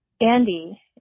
Andy